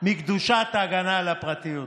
מקדושת ההגנה על הפרטיות.